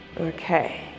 okay